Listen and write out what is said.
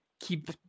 keep